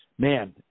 Man